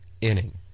inning